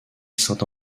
saint